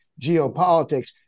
geopolitics